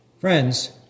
Friends